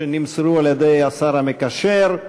שנמסרו על-ידי השר המקשר.